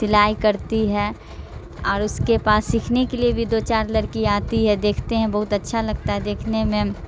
سلائی کرتی ہے اور اس کے پاس سیکھنے کے لیے بھی دو چار لڑکی آتی ہے دیکھتے ہیں بہت اچھا لگتا ہے دیکھنے میں